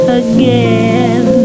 again